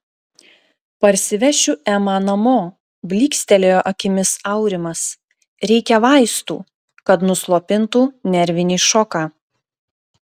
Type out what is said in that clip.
parsivešiu emą namo blykstelėjo akimis aurimas reikia vaistų kad nuslopintų nervinį šoką